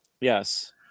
Yes